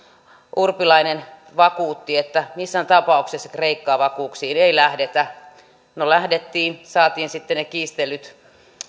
urpilainen vakuutti että missään tapauksessa kreikka vakuuksiin ei lähdetä no lähdettiin saatiin sitten ne kiistellyt